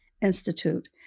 Institute